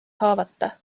haavata